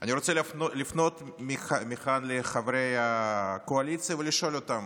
אני רוצה לפנות מכאן לחברי הקואליציה ולשאול אותם: